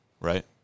Right